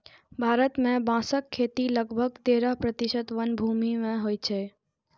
भारत मे बांसक खेती लगभग तेरह प्रतिशत वनभूमि मे होइ छै